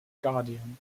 guardian